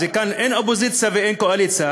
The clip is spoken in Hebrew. כאן אין אופוזיציה ואין קואליציה.